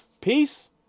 Peace